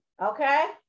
okay